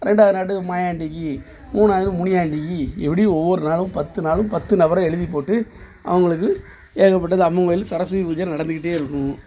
ரெண்டாவது நாள் மாயாண்டிக்கு மூணாவது முனியாண்டிக்கி இப்படி ஒவ்வொரு நாளும் பத்து நாளும் பத்து நபரை எழுதிப்போட்டு அவங்களுக்கு ஏகப்பட்டது அம்மங்கோயில் சரஸ்வதி பூஜை நடந்துக்கிட்டே இருக்கும்